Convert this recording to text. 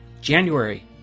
January